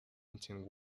intent